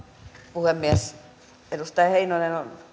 puhemies kun edustaja heinonen on